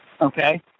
Okay